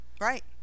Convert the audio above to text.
right